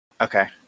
Okay